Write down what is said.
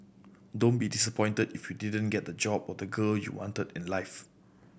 don't be disappointed if you didn't get the job or the girl you wanted in life